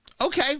Okay